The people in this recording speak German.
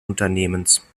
unternehmens